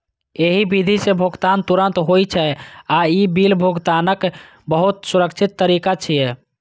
एहि विधि सं भुगतान तुरंत होइ छै आ ई बिल भुगतानक बहुत सुरक्षित तरीका छियै